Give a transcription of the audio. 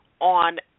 on